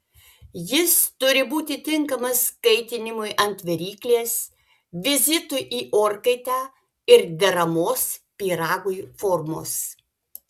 jis turi būti tinkamas kaitinimui ant viryklės vizitui į orkaitę ir deramos pyragui formos